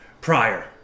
prior